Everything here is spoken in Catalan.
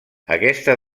aquesta